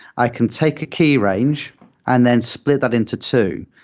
i can take a key range and then split that into two.